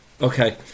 okay